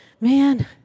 Man